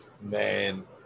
Man